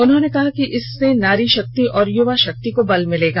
उन्होंने कहा कि इससे नारी शक्ति और युवा शक्ति को बल मिलेगा